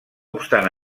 obstant